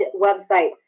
websites